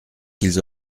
qu’ils